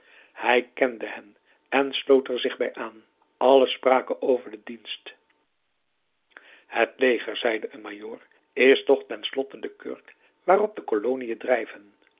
hij kende hen en sloot er zich bij aan allen spraken over den dienst het leger zeide een majoor is toch ten slotte de kurk waarop de koloniën drijven